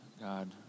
God